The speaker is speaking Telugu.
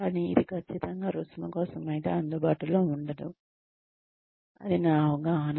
కానీ ఇది ఖచ్చితంగా రుసుము కోసం అందుబాటులో ఉండడం కాదు అది నా అవగాహన